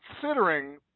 considering